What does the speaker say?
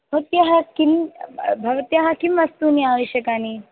भवत्याः किं भवत्याः किं वस्तूनि आवश्यकानि